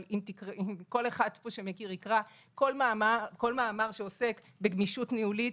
אבל כל מאמר שעוסק בגמישות ניהולית,